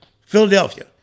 Philadelphia